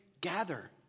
gather